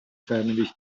سرنوشتی